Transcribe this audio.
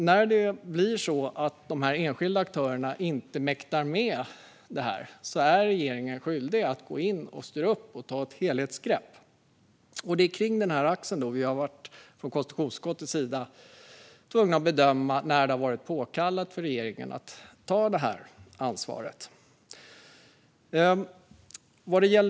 När de enskilda aktörerna inte mäktar med detta är regeringen skyldig att gå in, styra upp och ta ett helhetsgrepp. Det är kring denna axel vi i konstitutionsutskottet har varit tvungna att bedöma när det har varit påkallat för regeringen att ta detta ansvar.